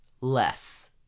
less